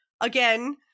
again